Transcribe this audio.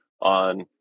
on